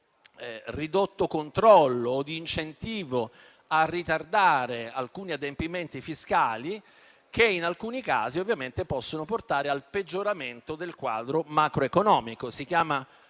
ridotto controllo o di incentivo a ritardare alcuni adempimenti fiscali che in alcuni casi ovviamente possono portare al peggioramento del quadro macroeconomico. Si chiama